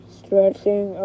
stretching